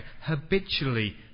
habitually